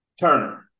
Turner